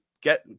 get